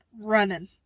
running